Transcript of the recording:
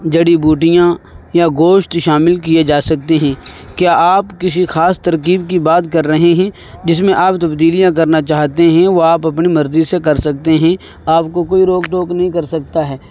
جڑی بوٹیاں یا گوشت شامل کیے جا سکتے ہیں کیا آپ کسی خاص ترکیب کی بات کر رہے ہیں جس میں آپ تبدیلیاں کرنا چاہتے ہیں وہ آپ اپنی مرضی سے کر سکتے ہیں آپ کو کوئی روک ٹوک نہیں کر سکتا ہے